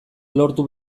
lortu